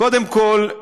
קודם כול,